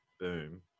boom